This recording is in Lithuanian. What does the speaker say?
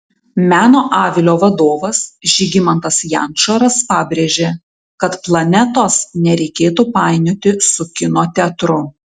meno avilio vadovas žygimantas jančoras pabrėžė kad planetos nereikėtų painioti su kino teatru